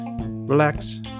relax